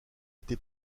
été